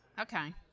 Okay